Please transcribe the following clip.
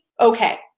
okay